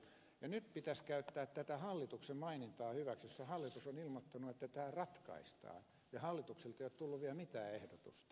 nyt pitäisi käyttää tätä hallituksen mainintaa hyväksi kun hallitus on ilmoittanut että tämä ratkaistaan ja hallitukselta ei ole tullut vielä mitään ehdotusta